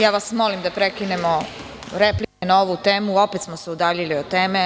Ja vas molim da prekinemo replike na ovu temu opet smo se udaljili od teme.